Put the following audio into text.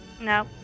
No